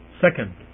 Second